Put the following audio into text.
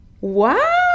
Wow